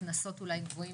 קנסות אולי גבוהים,